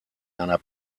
einer